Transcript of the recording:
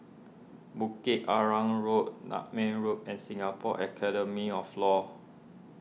Bukit Arang Road Nutmeg Road and Singapore Academy of Law